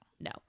no